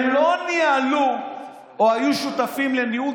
הם לא ניהלו או היו שותפים לניהול